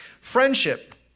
Friendship